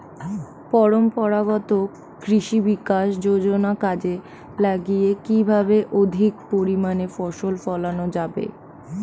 পরম্পরাগত কৃষি বিকাশ যোজনা কাজে লাগিয়ে কিভাবে অধিক পরিমাণে ফসল ফলানো যাবে?